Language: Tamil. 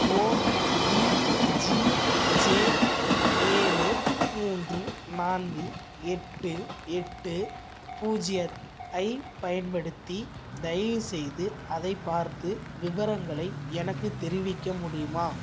ஓஇஜிஜே ஏழு மூன்று நான்கு எட்டு எட்டு பூஜ்ஜிய ஐப் பயன்படுத்தி தயவுசெய்து அதைப் பார்த்து விவரங்களை எனக்குத் தெரிவிக்க முடியுமா